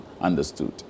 understood